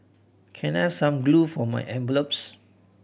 can I have some glue for my envelopes